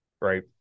right